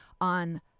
On